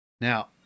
Now